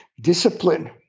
discipline